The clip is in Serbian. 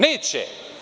Neće.